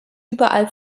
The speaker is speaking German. überall